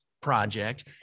project